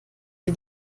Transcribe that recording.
sie